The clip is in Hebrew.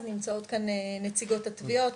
אז נמצאות כאן נציגות התביעות,